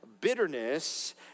bitterness